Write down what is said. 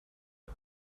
and